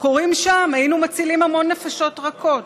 קורים שם, היינו מצילים המון נפשות רכות.